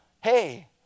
hey